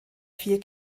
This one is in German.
vier